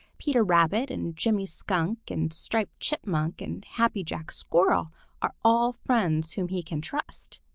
peter rabbit and jimmy skunk and striped chipmunk and happy jack squirrel are all friends whom he can trust,